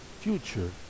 future